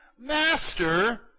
Master